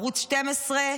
ערוץ 12,